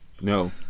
No